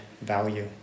value